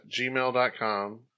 gmail.com